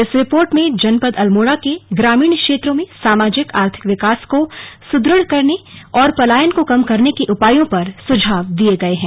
इस रिपोर्ट में जनपद अल्मोड़ा के ग्रामीण क्षेत्रों में सामाजिक आर्थिक विकास को सुदृढ़ करने और पलायन को कम करने के उपायों पर सुझाव दिये गये हैं